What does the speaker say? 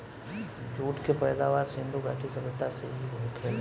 jute के पैदावार सिधु घाटी सभ्यता से ही होखेला